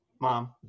mom